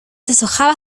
deshojaba